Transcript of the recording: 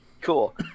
Cool